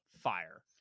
fire